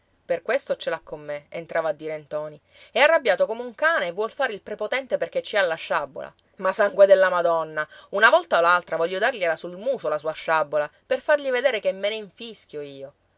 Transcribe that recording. per questo ce l'ha con me entrava a dire ntoni è arrabbiato come un cane e vuol fare il prepotente perché ci ha la sciabola ma sangue della madonna una volta o l'altra voglio dargliela sul muso la sua sciabola per fargli vedere che me ne infischio io